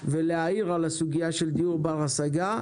ולהעיר על הסוגיה של דיור בר השגה.